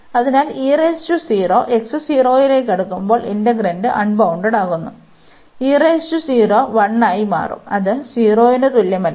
അതിനാൽ x 0 ലേക്ക് അടുക്കുമ്പോൾ ഇന്റഗ്രാൻഡ് അൺബൌൺണ്ടഡാകുന്നു 1 ആയി മാറും അത് 0 ന് തുല്യമല്ല